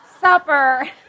supper